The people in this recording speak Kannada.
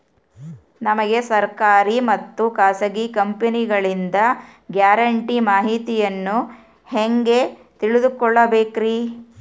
ನಮಗೆ ಸರ್ಕಾರಿ ಮತ್ತು ಖಾಸಗಿ ಕಂಪನಿಗಳಿಂದ ಗ್ಯಾರಂಟಿ ಮಾಹಿತಿಯನ್ನು ಹೆಂಗೆ ತಿಳಿದುಕೊಳ್ಳಬೇಕ್ರಿ?